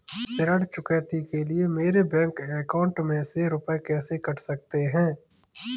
ऋण चुकौती के लिए मेरे बैंक अकाउंट में से रुपए कैसे कट सकते हैं?